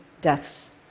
deaths